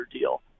deal